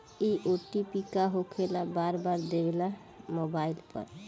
इ ओ.टी.पी का होकेला बार बार देवेला मोबाइल पर?